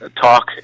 talk